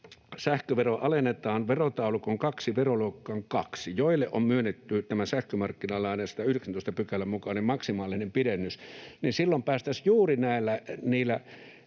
sähkövero alennetaan verotaulukon 2 veroluokkaan II. Niille on myönnetty tämän sähkömarkkinalain 119 §:n mukainen maksimaalinen pidennys. Silloin päästäisiin juuri niiden